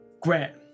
grant